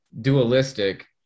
dualistic